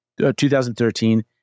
2013